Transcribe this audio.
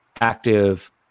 active